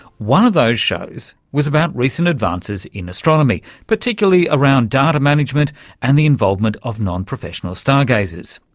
one of those shows was about recent advances in astronomy, particularly around data management and the involvement of non-professional star-gazers.